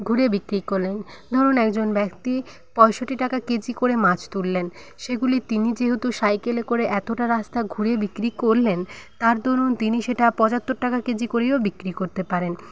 ঘুরে বিক্রি করলেন ধরুন একজন ব্যক্তি পয়ষট্টি টাকা কেজি করে মাছ তুললেন সেগুলি তিনি যেহেতু সাইকেলে করে এতটা রাস্তা ঘুরে বিক্রি করলেন তার দরুন তিনি সেটা পঁচাত্তর টাকা কেজি করেও বিক্রি করতে পারেন